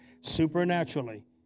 Supernaturally